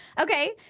Okay